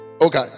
Okay